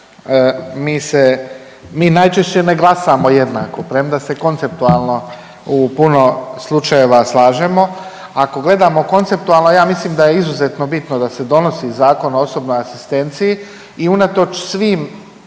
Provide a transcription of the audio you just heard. mi najčešće ne glasamo jednako premda se konceptualno u puno slučajeva slažemo. Ako gledamo konceptualno ja mislim da je izuzetno bitno da se donosi Zakon o osobnoj asistenciji i unatoč svim